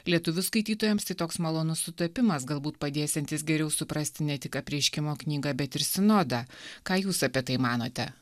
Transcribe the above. lietuvių skaitytojams tai toks malonus sutapimas galbūt padėsiantis geriau suprasti ne tik apreiškimo knygą bet ir sinodą ką jūs apie tai manote